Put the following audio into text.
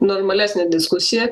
normalesnė diskusija